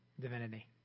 divinity